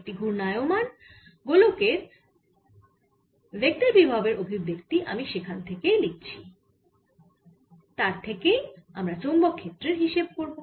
একটি ঘুর্ণায়মান গোলকের ভেক্টর বিভব এর অভিব্যক্তি আমি সেখান থেকেই লিখছি তার থেকেই আমরা চৌম্বক ক্ষেত্রের হিসেব করব